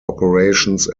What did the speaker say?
operations